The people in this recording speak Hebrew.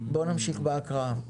בואו נמשיך בהקראה.